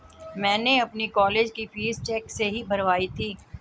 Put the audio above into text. मैंने अपनी कॉलेज की फीस चेक से ही भरवाई थी